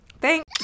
thanks